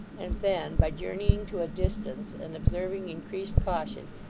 and then, by journeying to a distance and observing increased caution,